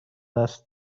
است